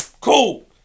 Cool